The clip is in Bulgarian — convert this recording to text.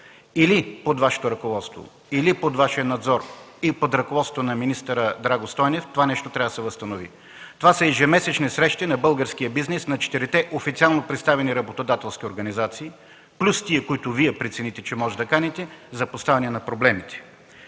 Или под Ваше ръководство, или под Вашия надзор и под ръководството на министър Драгомир Стойнев това нещо трябва да се възобнови. Това са ежемесечни срещи на българския бизнес, на четирите официално представени работодателски организации плюс онези, които Вие прецените, че можете да каните за поставяне на проблемите.